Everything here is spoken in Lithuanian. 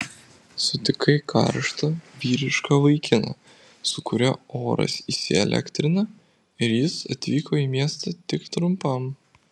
sutikai karštą vyrišką vaikiną su kuriuo oras įsielektrina ir jis atvyko į miestą tik trumpam